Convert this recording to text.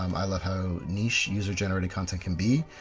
um i love how niche user generated content can be,